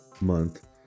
month